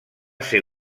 ser